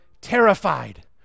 terrified